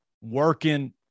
working